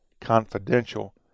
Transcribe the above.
confidential